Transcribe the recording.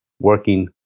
working